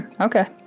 okay